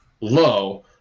low